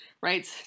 right